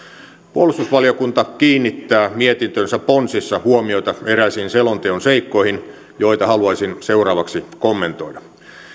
puolustusvaliokunta kiinnittää mietintönsä ponsissa huomioita eräisiin selonteon seikkoihin joita haluaisin seuraavaksi kommentoida